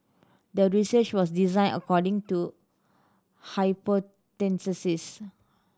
the research was designed according to